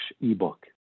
ebook